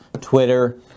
Twitter